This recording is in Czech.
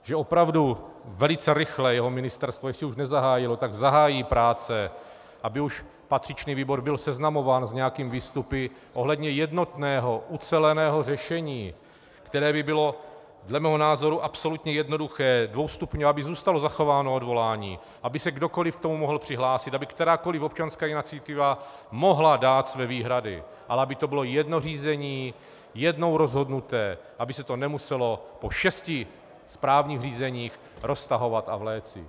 Že opravdu velice rychle jeho ministerstvo, jestli už nezahájilo, tak zahájí práce, aby už patřičný výbor byl seznamován s nějakými výstupy ohledně jednotného, uceleného řešení, které by bylo dle mého názoru absolutně jednoduché, aby zůstalo zachováno odvolání, aby se kdokoliv k tomu mohl přihlásit, aby kterákoliv občanská iniciativa mohla dát své výhrady, ale aby to bylo jedno řízení, jednou rozhodnuté, aby se to nemuselo po šesti správních řízeních roztahovat a vléci.